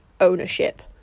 ownership